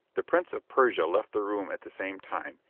the prince of persia left the room at the same time,